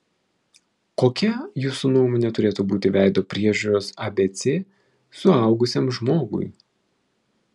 kokia jūsų nuomone turėtų būti veido priežiūros abc suaugusiam žmogui